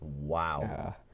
Wow